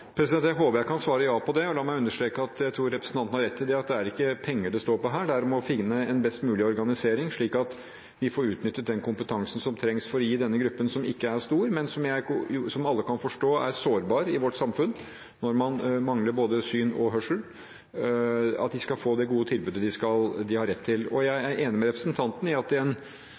Jeg håper jeg kan svare ja på det, og la meg understreke at jeg tror representanten har rett i at det ikke er penger det står på her. Det gjelder å finne en best mulig organisering, slik at vi får utnyttet den kompetansen som trengs for at denne gruppen – som ikke er stor, men som alle i vårt samfunn kan forstå er sårbar, siden man mangler både syn og hørsel – skal få det gode tilbudet de har rett til. Jeg er enig med representanten i at i en